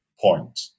point